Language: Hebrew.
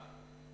מה?